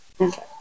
Okay